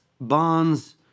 bonds